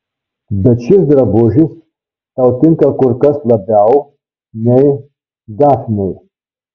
bet šis drabužis tau tinka kur kas labiau nei dafnei